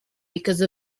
because